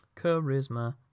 Charisma